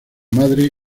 madre